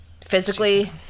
physically